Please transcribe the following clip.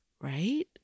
right